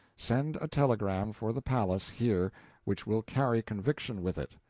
send a telegram for the palace here which will carry conviction with it.